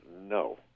no